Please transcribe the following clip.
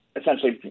essentially